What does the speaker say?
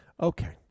Okay